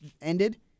ended